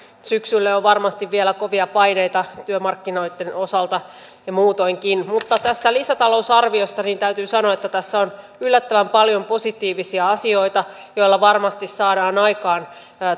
syksylle on varmasti vielä kovia paineita työmarkkinoitten osalta ja muutoinkin mutta tästä lisätalousarviosta täytyy sanoa että tässä on yllättävän paljon positiivisia asioita joilla varmasti saadaan aikaan